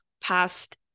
past